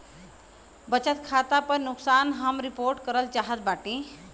बचत खाता पर नुकसान हम रिपोर्ट करल चाहत बाटी